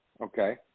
Okay